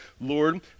Lord